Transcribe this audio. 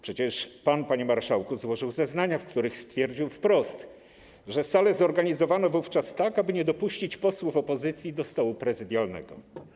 Przecież pan, panie marszałku, złożył zeznania, w których stwierdził pan wprost, że salę zorganizowano wówczas tak, aby nie dopuścić posłów opozycji do stołu prezydialnego.